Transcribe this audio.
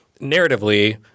narratively